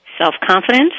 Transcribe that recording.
self-confidence